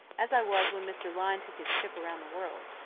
as i was when mr. lyne took his trip around the world.